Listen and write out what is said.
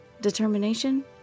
Determination